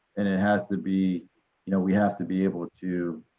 and it has to be you know we have to be able to